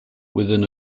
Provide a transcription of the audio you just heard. within